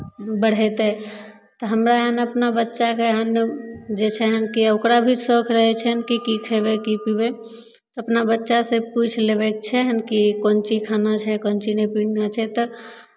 बढ़ेतै तऽ हमरा एहन अपना बच्चाके एहन जे छै कि ओकरा भी शौक रहै छनि कि की खयबै की पीबै अपना बच्चासँ पुछि लेबय कऽ छै हन कि कोन चीज खाना छै कोन चीज नहि पिन्हना छै तऽ